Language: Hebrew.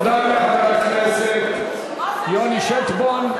תודה לחבר הכנסת יוני שטבון.